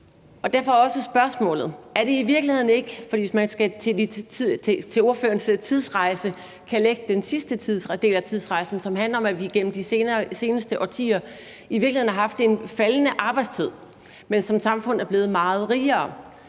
Derfor er spørgsmålet også: Hvis man til ordførerens tidsrejse kan lægge den sidste del af tidsrejsen, som handler om, at vi igennem de seneste årtier i virkeligheden har haft en faldende arbejdstid, men som samfund er blevet meget rigere,